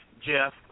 Jeff